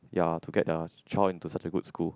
ya to get their child into such a good school